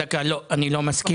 לא, אני לא מסכים.